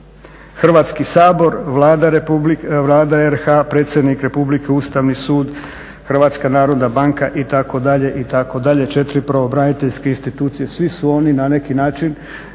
Hrvatski sabor, Vlada RH, predsjednik Republike, Ustavni sud, HNB itd. 4 pravobraniteljske institucije. Svi su oni na neki način